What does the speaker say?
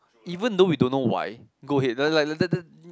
even though we don't know why go ahead like like that that that